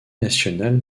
national